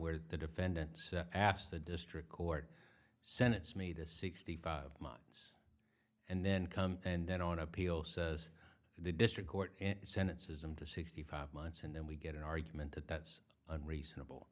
where the defendant asked the district court senates me to sixty five months and then come and then on appeal says the district court sentences them to sixty five months and then we get an argument that that's unreasonable